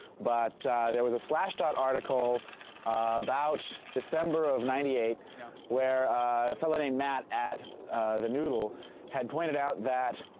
but there was a slashdot article about december of ninety eight where a fellow named matt at the noodle had pointed out that.